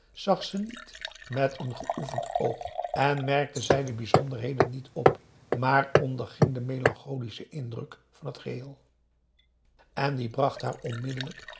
zag ze niet met een geoefend oog en merkte zij de bijzonderheden niet op maar onderging den melancholischen indruk van het geheel en die bracht haar onmiddellijk